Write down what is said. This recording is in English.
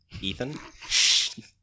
Ethan